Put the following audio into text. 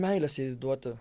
meilės jai duoti